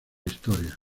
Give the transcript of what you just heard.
historia